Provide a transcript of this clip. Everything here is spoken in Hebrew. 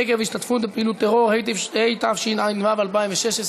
עקב השתתפות בפעילות טרור), התשע"ו 2016,